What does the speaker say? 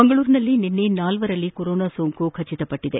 ಮಂಗಳೂರಿನಲ್ಲಿ ನಿನ್ನೆ ನಾಲ್ವರಲ್ಲಿ ಕೊರೋನ ಸೋಂಕು ದೃಢಪಟ್ಟದೆ